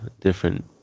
different